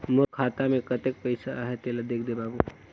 मोर खाता मे कतेक पइसा आहाय तेला देख दे बाबु?